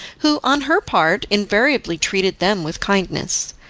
who, on her part, invariably treated them with kindness.